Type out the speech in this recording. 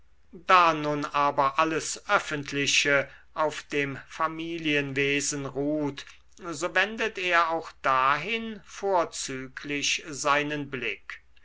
da nun aber alles öffentliche auf dem familienwesen ruht so wendet er auch dahin vorzüglich seinen blick